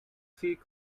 see